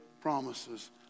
promises